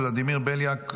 ולדימיר בליאק,